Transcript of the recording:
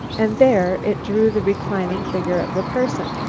and there it drew the reclining figure of a person.